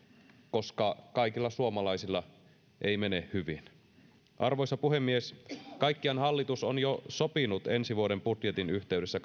koska kaikilla suomalaisilla ei mene hyvin arvoisa puhemies kaikkiaan hallitus on jo sopinut ensi vuoden budjetin yhteydessä